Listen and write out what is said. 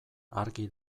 argi